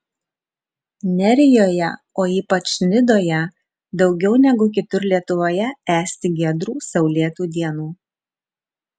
nerijoje o ypač nidoje daugiau negu kitur lietuvoje esti giedrų saulėtų dienų